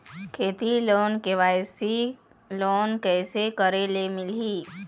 खेती loan KYC loan कइसे करे ले मिलही?